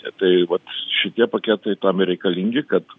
tai vat šitie paketai tam ir reikalingi kad